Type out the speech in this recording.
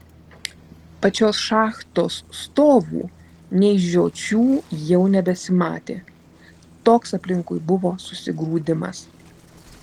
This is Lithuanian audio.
pačios šachtos stovų nei žiočių jau nebesimatė toks aplinkui buvo susigrūdimas